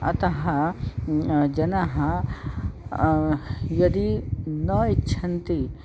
अतः जनाः यदि न इच्छन्ति